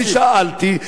אני שאלתי,